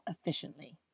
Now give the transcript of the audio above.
efficiently